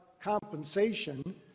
compensation